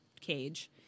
cage